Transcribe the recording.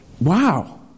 Wow